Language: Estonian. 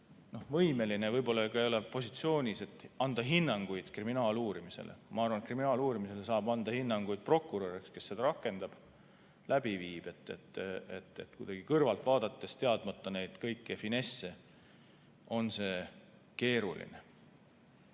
võimeline, võib-olla ei ole ka sellises positsioonis, et anda hinnanguid kriminaaluurimisele. Ma arvan, et kriminaaluurimisele saab anda hinnanguid prokurör, kes seda rakendab ja läbi viib. Kuidagi kõrvalt vaadates, teadmata neid kõiki finesse, on see keeruline.